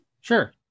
Sure